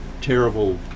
terrible